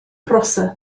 prosser